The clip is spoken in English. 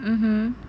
mm mm